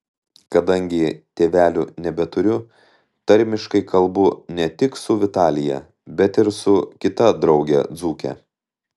kadangi tėvelių nebeturiu tarmiškai kalbu ne tik su vitalija bet ir su kita drauge dzūke